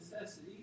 necessity